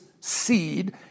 seed